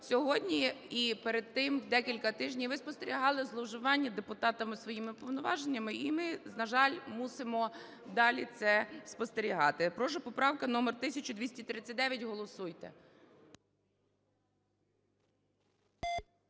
Сьогодні і перед тим декілька тижнів ви спостерігали зловживання депутатами своїми повноваженнями, і ми, на жаль, мусимо далі це спостерігати. Прошу, поправка номер 1239. Голосуйте.